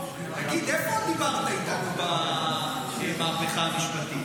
תגיד, איפה דיברת איתנו במהפכה המשפטית?